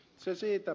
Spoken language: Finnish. se siitä